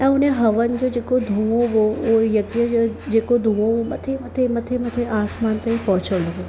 ऐं उन्ही हवन जो जेको धुओं हो उहो यज्ञ जे जेको धुओं हो मथे मथे मथे मथे आसमान ते पहुचंदो हो